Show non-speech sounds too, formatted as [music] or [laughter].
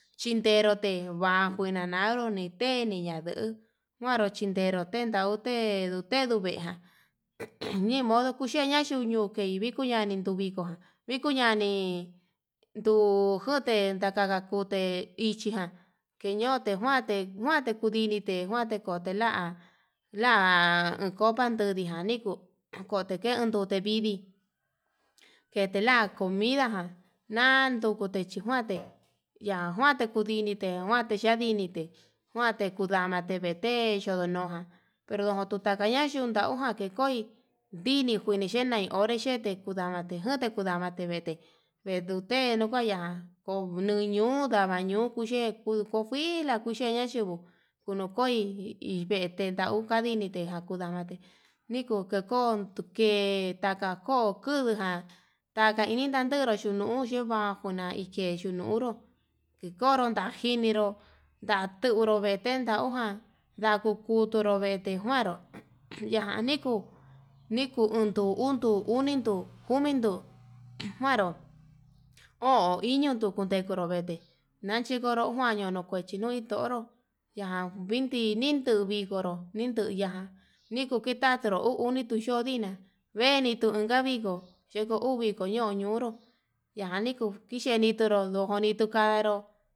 Chinderote njuaju navaru oniteyina nduu kuaru chindero tetan utee, te teduvejan [noise] nimodo kuxheña yuñuu ukei viko ñani tuviko jan viko ñani ndun jote kakadakute, ichijan keñote njuante njuante kudinite njuante kote la'a la'a copa ndune njota [noise] nii kutenke kutevi, vidii ketela comida jan nandukute chí njuante [noise] yanjuante kudinite njuante yadite njuante kudamate tevete yodonoján pero n kaña yundau, njuan ke koi ndini yeni tenai onré xhete kundanate ote kundamate vete venute kuu kuaya konduño ndavañu kuxhee kuu kojuila yena yayinguo kuyo koi hi vete ndau kukadiniti njakudamate nikon kekon tuke ndaka ko kuduján, ndaka inen tandero yunuu vanjuna ikeyunuru, konro ndajinero ndatunru niken ndauján ndaku kuruturu vetejuan ndo yajan ni kuu nikuu undu undu unindu komindu [noise] njuaro ho iño tekutoro vete nanchikoro kua niñono, kuechi noi toro yan vindi nindu ndidogoro ninduya niku kitatero uun oni, nitu xhoo nina venitu niko cheku uu viko ñoño ñonro yaniku yenitoro ndonitu janró.